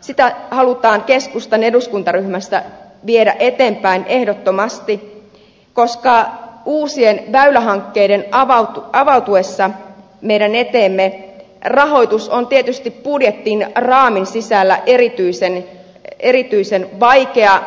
sitä halutaan keskustan eduskuntaryhmässä viedä eteenpäin ehdottomasti koska uusien väylähankkeiden avautuessa meidän eteemme rahoitus on tietysti budjettiraamin sisällä tässä taloustilanteessa erityisen vaikea